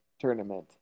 tournament